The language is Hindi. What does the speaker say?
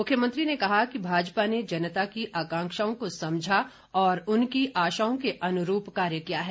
मुख्यमंत्री ने कहा कि भाजपा ने जनता की आकांक्षाओं को समझा और उनकी आशाओं के अनुरूप कार्य किया है